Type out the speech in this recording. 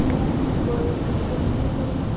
नहीं कोई दिक़्क़त नहीं होगी